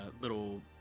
little